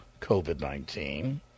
COVID-19